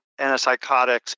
antipsychotics